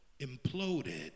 imploded